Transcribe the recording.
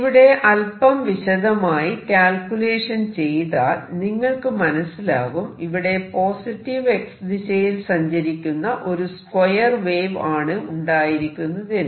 ഇവിടെ അല്പം വിശദമായി കാൽക്കുലേഷൻ ചെയ്താൽ നിങ്ങൾക്ക് മനസിലാകും ഇവിടെ പോസിറ്റീവ് X ദിശയിൽ സഞ്ചരിക്കുന്ന ഒരു സ്ക്വയർ വേവ് ആണ് ഉണ്ടായിരിക്കുന്നതെന്ന്